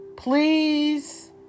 Please